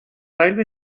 railway